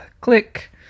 Click